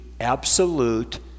absolute